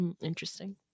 Interesting